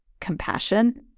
compassion